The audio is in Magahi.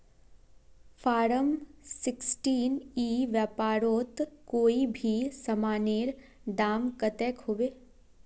फारम सिक्सटीन ई व्यापारोत कोई भी सामानेर दाम कतेक होबे?